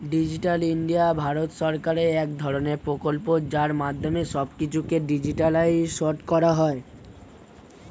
digital India ভারত সরকারের এক ধরণের প্রকল্প যার মাধ্যমে সব কিছুকে ডিজিটালাইসড করা হয়